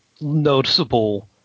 noticeable